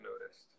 noticed